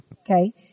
Okay